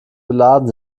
beladen